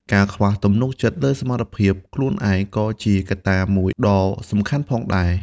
ការខ្វះទំនុកចិត្តលើសមត្ថភាពខ្លួនឯងក៏ជាកត្តាមួយដ៏សំខាន់ផងដែរ។